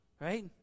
Right